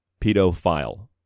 pedophile